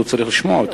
הוא צריך לשמוע אותה.